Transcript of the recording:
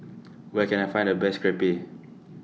Where Can I Find The Best Crepe